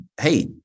hey